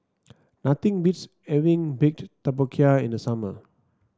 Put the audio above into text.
nothing beats having Baked Tapioca in the summer